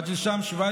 מג'דל שמס,